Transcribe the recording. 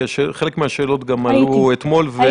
כי חלק מהשאלות גם עלו אתמול.